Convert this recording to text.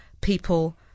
people